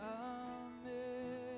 Amen